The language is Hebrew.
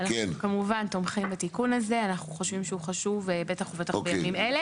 אנחנו חושבים שהוא חשוב, בטח ובטח לימים אלה.